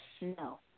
No